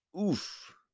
oof